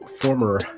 former